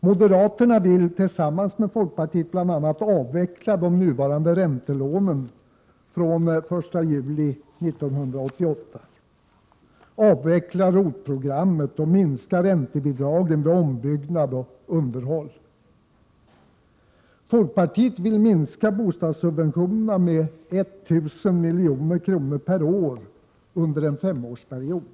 Moderaterna vill tillsammans med folkpartiet bl.a. avveckla de nuvarande räntelånen den 1 juli 1988, avveckla ROT-programmet och minska räntebidragen vid ombyggnad och underhåll. Folkpartiet vill minska bostadssubventionerna med 1 000 milj.kr. per år under en femårsperiod.